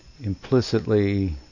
implicitly